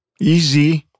Easy